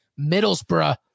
Middlesbrough